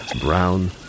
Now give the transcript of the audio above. brown